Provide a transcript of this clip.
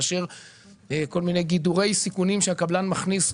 מאשר כל מיני גידורי סיכונים שהקבלן מכניס,